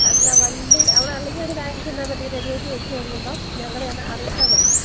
അല്ല വണ്ടി അവിടല്ലെങ്കില് ഒരു കാര്യം ചെയ്താല് മതി റെഡിയാക്കി വച്ചുകഴിയുമ്പോള് ഞങ്ങളെ ഒന്ന് അറിയിച്ചാല് മതി